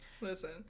Listen